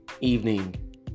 evening